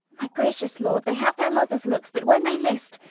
my gracious lord, they have their mother's looks, but, when they list,